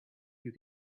you